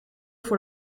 voor